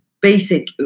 basic